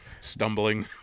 Stumbling